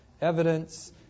evidence